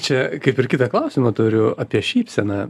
čia kaip ir kitą klausimą turiu apie šypseną